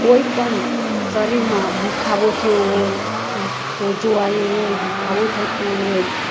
કોઇ પણ શરીરમાં દુખાવો થયો હોય સોજો આવ્યો હોય દુખાવો થતો હોય